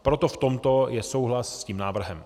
Proto v tomto je souhlas s tím návrhem.